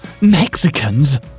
Mexicans